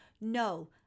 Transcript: No